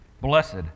Blessed